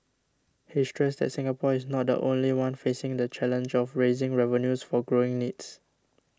he stressed that Singapore is not the only one facing the challenge of raising revenues for growing needs